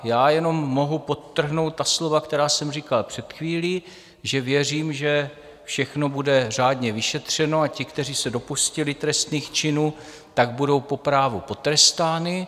Já jenom mohu podtrhnout ta slova, která jsem říkal před chvílí, že věřím, že všechno bude řádně vyšetřeno a ti, kteří se dopustili trestných činů, budou po právu potrestáni.